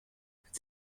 het